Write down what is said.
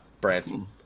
Brandon